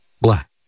black